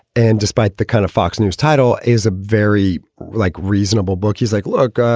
and despite the kind of fox news title is a very like reasonable book, he's like, look,